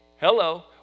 hello